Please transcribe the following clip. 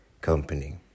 company